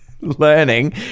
learning